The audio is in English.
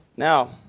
Now